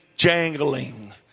jangling